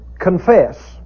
confess